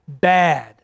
bad